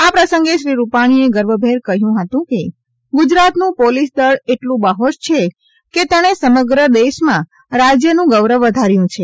આ પ્રસંગે શ્રી રૂપાણીએ ગર્વભેર કહ્યું હતુ કે ગુજરાતનું પોલીસ દળ એટલું બાહોશ છે કે તેણે સમગ્ર દેશમા રાજ્યનું ગૌરવ વધાર્યું છે